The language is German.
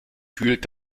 fühlt